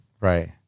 right